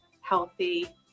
healthy